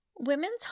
Women's